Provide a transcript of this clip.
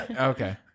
Okay